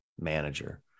manager